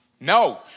No